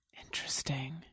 Interesting